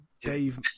Dave